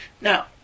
Now